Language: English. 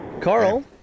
Carl